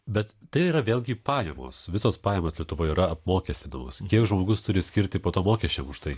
bet tai yra vėlgi pajamos visos pajamos lietuvoje yra apmokestinamos kiek žmogus turi skirti po to mokesčiam už tai